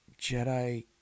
Jedi